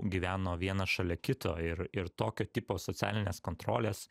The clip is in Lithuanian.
gyveno vienas šalia kito ir ir tokio tipo socialinės kontrolės